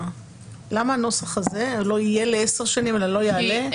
למה הנוסח הזה, לא יהיה לעשר שנים, אלא לא יעלה?